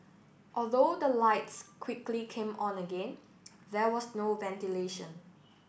although the lights quickly came on again there was no ventilation